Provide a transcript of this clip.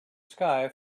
sky